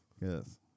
Yes